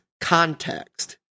context